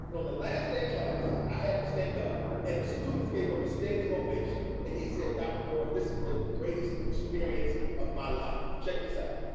on the last day of class, i had him stand up and the students gave him a standing ovation. and he said, dr. moore, this has been the greatest experience of my life. check this out.